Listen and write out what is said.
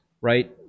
right